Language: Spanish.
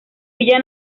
villa